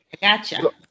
gotcha